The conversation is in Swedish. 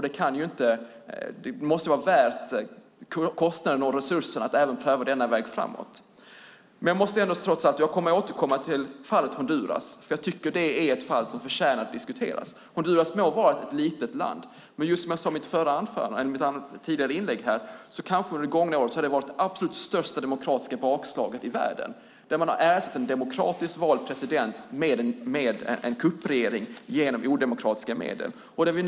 Det måste vara värt kostnaden, resurserna, att pröva även den vägen för att komma framåt. Jag återkommer till fallet Honduras eftersom jag tycker att det fallet förtjänar att diskuteras. Honduras må vara ett litet land, men som jag sagt i ett tidigare inlägg här har vi där sett det absolut största demokratiska bakslaget i världen under det gångna året. Med odemokratiska medel har man ersatt en demokratiskt vald president med en kuppregering.